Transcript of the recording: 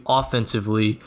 offensively